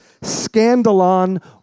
scandalon